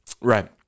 Right